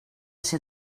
ser